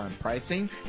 pricing